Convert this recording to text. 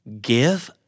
Give